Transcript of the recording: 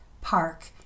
park